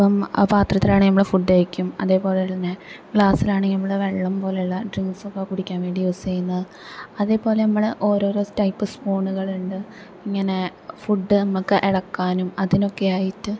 ഇപ്പം ആ പാത്രത്തിലാണെൽ നമ്മള് ഫുഡ് കഴിക്കും അതേപോലെതന്നെ ഗ്ലാസിലാണെങ്കിൽ നമ്മള് വെള്ളം പോലുള്ള ഡ്രിങ്സൊക്കെ കുടിക്കാൻ വേണ്ടി യൂസ് ചെയ്യുന്ന അതേപോലെ നമ്മള് ഓരോരോ ടൈപ് സ്പൂണുകളുണ്ട് ഇങ്ങനെ ഫുഡ് നമുക്ക് ഇളക്കാനും അതിനൊക്കെയായിട്ട്